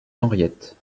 henriette